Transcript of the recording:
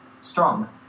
strong